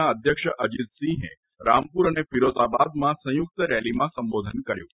ના અધ્યક્ષ અજીતસિંહે રામપુર અને ફિરોઝાબાદમાં સંયુક્ત રેલીમાં સંબોધન કર્યું હતું